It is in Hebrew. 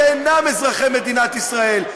למי שאינם אזרחי מדינת ישראל.